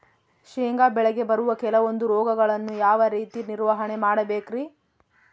ಶೇಂಗಾ ಬೆಳೆಗೆ ಬರುವ ಕೆಲವೊಂದು ರೋಗಗಳನ್ನು ಯಾವ ರೇತಿ ನಿರ್ವಹಣೆ ಮಾಡಬೇಕ್ರಿ?